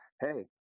Hey